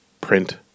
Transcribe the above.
print